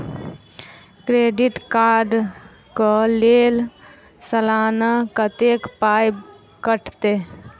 Credit card कऽ लेल सलाना कत्तेक पाई कटतै?